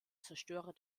zerstörer